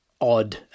odd